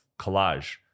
collage